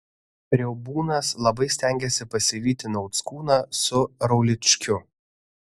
riaubūnas labai stengėsi pasivyti nauckūną su rauličkiu